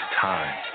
time